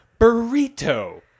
burrito